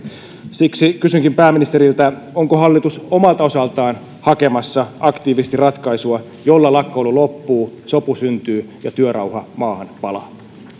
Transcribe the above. siksi kysynkin pääministeriltä onko hallitus omalta osaltaan hakemassa aktiivisesti ratkaisua jolla lakkoilu loppuu sopu syntyy ja työrauha maahan palaa